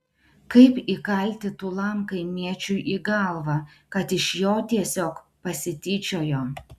kaip įkalti tūlam kaimiečiui į galvą kad iš jo tiesiog pasityčiojo